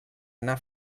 anar